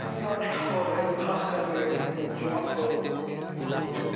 ᱤᱧᱟᱹᱜ ᱴᱷᱟᱶᱨᱮ ᱠᱷᱟᱥ ᱠᱟᱛᱮᱫ ᱡᱚᱢᱟᱜ ᱫᱚ ᱜᱩᱯᱪᱩᱯ